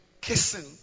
kissing